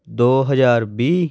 ਦੋ ਹਜ਼ਾਰ ਵੀਹ